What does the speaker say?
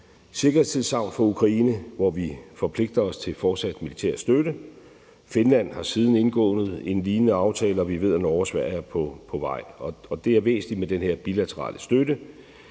sikkerhedstilsagn for Ukraine, hvor vi forpligter os til fortsat militær støtte. Finland har siden indgået en lignende aftale, og vi ved, at Norge og Sverige er på vej, og det er væsentligt med den her bilaterale støtte.